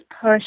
push